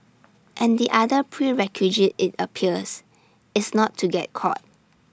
and the other prerequisite IT appears is not to get caught